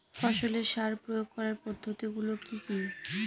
ফসলের সার প্রয়োগ করার পদ্ধতি গুলো কি কি?